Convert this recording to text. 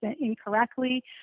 incorrectly